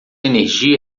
energia